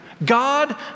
God